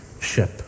ship